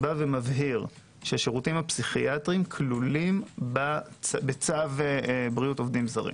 שמבהיר שהשירותים הפסיכיאטריים כלולים בצו בריאות עובדים זרים.